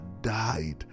died